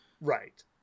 right